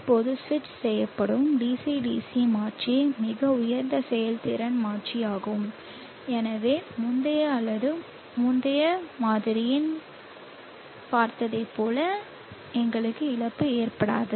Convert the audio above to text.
இப்போது சுவிட்ச் செய்யப்படும் DC DC மாற்றி மிக உயர்ந்த செயல்திறன் மாற்றி ஆகும் எனவே முந்தைய வழக்கு அல்லது முந்தைய மாதிரியில் பார்த்ததைப் போல எங்களுக்கு இழப்பு ஏற்படாது